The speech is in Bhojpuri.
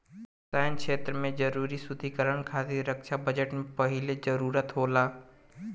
सैन्य क्षेत्र में जरूरी सुदृढ़ीकरन खातिर रक्षा बजट के पहिले जरूरत होला